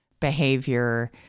behavior